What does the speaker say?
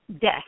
death